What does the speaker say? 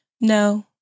No